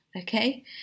Okay